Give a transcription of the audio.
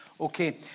Okay